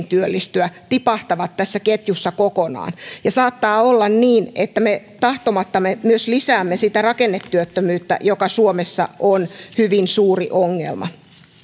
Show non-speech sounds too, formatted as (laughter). (unintelligible) työllistyä tipahtavat tässä ketjussa kokonaan ja saattaa olla niin että me tahtomattamme myös lisäämme sitä rakennetyöttömyyttä joka suomessa on hyvin suuri ongelma